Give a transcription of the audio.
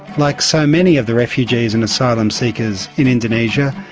like so many of the refugees and asylum seekers in indonesia,